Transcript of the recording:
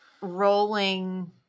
rolling